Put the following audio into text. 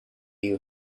you